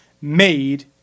Made